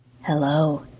Hello